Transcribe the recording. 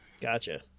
Gotcha